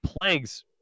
plagues